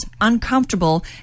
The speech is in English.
uncomfortable